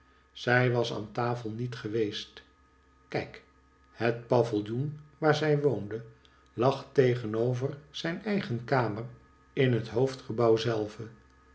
zij was aan tafel niet geweest kijk het pavillioen waar zij woonde lag tegenover zijn eigen kamer in het hoofdgebouw zelve